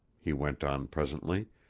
he went on presently,